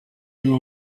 nawe